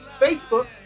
Facebook